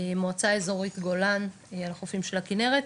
מועצה אזורית גולן על החופים של הכנרת,